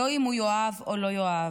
/ לא אם הוא יאהב או לא יאהב.